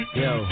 yo